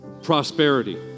Prosperity